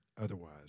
otherwise